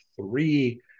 three